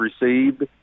received